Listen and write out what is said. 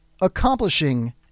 accomplishing